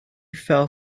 fell